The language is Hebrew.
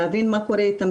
להבין מה קורה איתם,